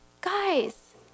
Guys